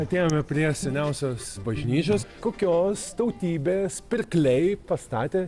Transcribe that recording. atėjome prie seniausios bažnyčios kokios tautybės pirkliai pastatė